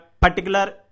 particular